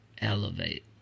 elevate